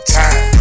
time